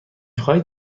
خواهید